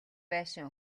байшин